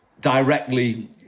directly